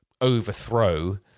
overthrow